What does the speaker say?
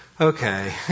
okay